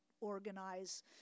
organize